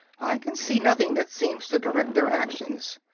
i can see nothing that seems to direct their actions.